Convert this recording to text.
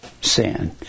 sin